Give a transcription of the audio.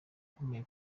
akomeye